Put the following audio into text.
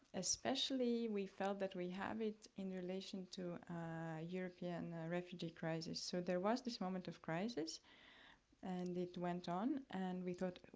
especially we felt that we have it in relation to european refugee crisis. so there was this moment of crisis and it went on and we thought,